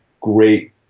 great